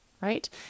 right